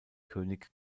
könig